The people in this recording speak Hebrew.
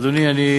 אדוני, אני,